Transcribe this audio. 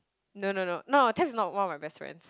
no no no no Tess is not one of my best friends